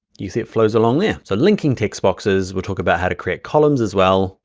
you see it flows along there. so linking text boxes, we'll talk about how to create columns as well.